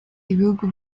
ibihugu